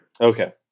Okay